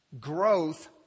growth